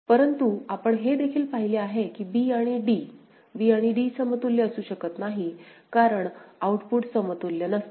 परंतु आपण हे देखील पाहिले आहे की b आणि d b आणि d समतुल्य असू शकत नाहीत कारण आउटपुट समतुल्य नसतात